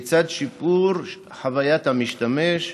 לצד שיפור חוויית המשתמש,